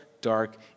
dark